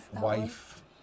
wife